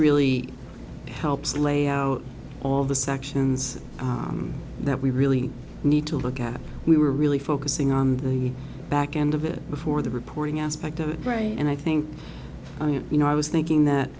really helps lay out all the sections that we really need to look at we were really focusing on the back end of it before the reporting aspect of it right and i think you know i was thinking that